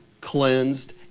cleansed